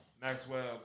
Maxwell